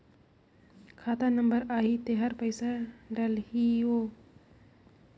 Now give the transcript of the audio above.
खाता नंबर आही तेकर पइसा डलहीओ?